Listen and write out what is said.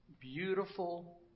Beautiful